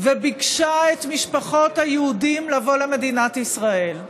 וביקשה את משפחות היהודים לבוא למדינת ישראל.